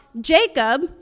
Jacob